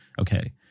Okay